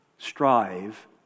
strive